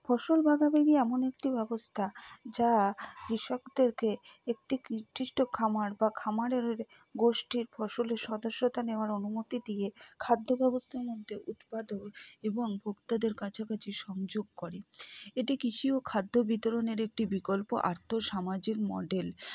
ফসল ভাগাভাগি এমন একটি ব্যবস্থা যা কৃষকদেরকে একটি নির্দিষ্ট খামার বা খামারের গোষ্ঠীর ফসলের সদস্যতা নেওয়ার অনুমতি দিয়ে খাদ্য ব্যবস্থার মধ্যে উৎপাদন এবং ভোক্তাদের কাছাকাছি সংযোগ করে এটি কৃষি ও খাদ্য বিতরণের একটি বিকল্প আর্থ সামাজিক মডেল